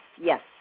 yes